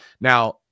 Now